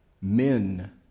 men